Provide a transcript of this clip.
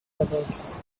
adults